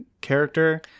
character